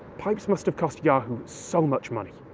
pipes must have cost yahoo so much money.